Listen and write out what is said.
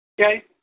Okay